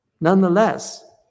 nonetheless